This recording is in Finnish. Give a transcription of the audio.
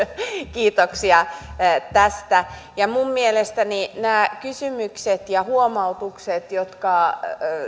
kiitoksia tästä mielestäni näitä kysymyksiä ja huomautuksia jotka